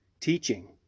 teaching